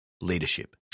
leadership